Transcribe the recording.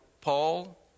Paul